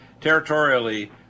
territorially